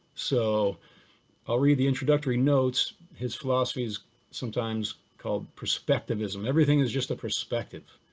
so i'll read the introductory notes, his philosophy's sometimes called perspectivism, everything is just the perspective,